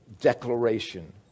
declaration